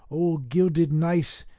all gilded nice,